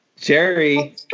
Jerry